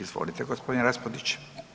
Izvolite g. Raspudić.